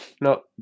No